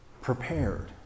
prepared